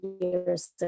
years